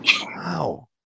Wow